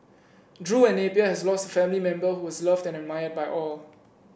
Drew and Napier has lost family member who was loved and admired by all